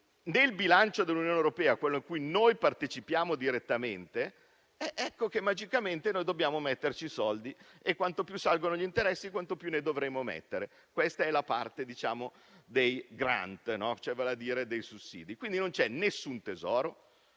nel bilancio dell'Unione europea, quello cui noi partecipiamo direttamente, ecco che magicamente dobbiamo metterci i soldi (e quanto più salgono gli interessi, più ne dovremo mettere). Questa era la parte sui *grant*, vale a dire sui sussidi, quindi non ci sono nessun tesoro